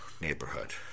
neighborhood